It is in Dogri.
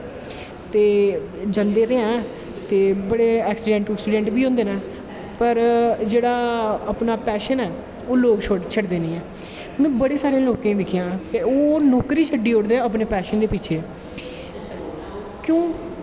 तं जंदे ते हैं ते बड़े ऐक्सिडैंट बी होंदे नै पर जेह्ड़ा अपनां पैशन ऐ ओह् लोग शड्डदे नी ऐं में बड़े सारें लोकें गी दिक्खेआ ऐ ओह् नौकरी शड्डी ओड़दे अपनें पैशन दे पिच्छें